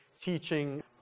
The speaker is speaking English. teaching